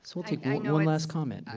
so we'll take you know one last comment.